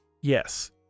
Yes